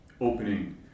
opening